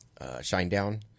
Shinedown